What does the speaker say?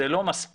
זה לא מספיק,